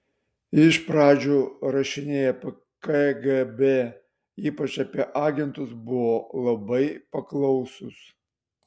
iš pradžių rašiniai apie kgb ypač apie agentus buvo labai paklausūs